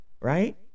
right